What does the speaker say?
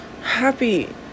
happy